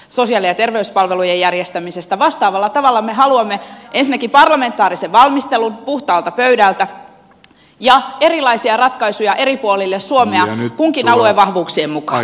sosiaali ja terveyspalvelujen järjestämisestä vastaavalla tavalla me haluamme ensin kipalementaarisen valmistelun puhtaalta pöydältä ja erilaisia ratkaisuja eri puolille suomea kunkin alueen vahvuuksien mukaan